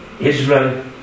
israel